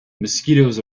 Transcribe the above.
mosquitoes